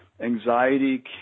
Anxiety